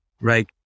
right